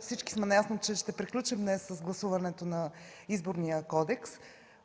всички сме наясно, че днес ще приключим с гласуването на Изборния кодекс.